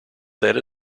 that